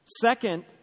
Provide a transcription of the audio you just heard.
Second